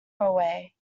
away